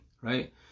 right